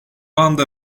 anda